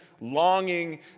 longing